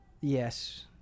yes